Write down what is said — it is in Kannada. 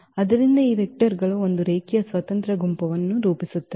ಆದ್ದರಿಂದ ಈ ವೆಕ್ಟರ್ ಗಳ ಒಂದು ರೇಖೀಯ ಸ್ವತಂತ್ರ ಗುಂಪನ್ನು ರೂಪಿಸುತ್ತದೆ